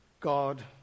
God